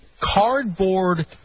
cardboard